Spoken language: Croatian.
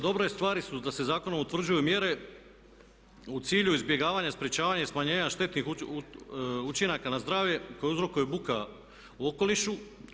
Dobre stvari su da se zakonom utvrđuju mjere u cilju izbjegavanja, sprečavanja i smanjenja štetnih učinaka na zdravlje koje uzrokuje buka u okolišu.